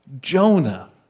Jonah